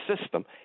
system